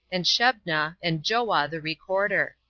and shebna, and joah the recorder.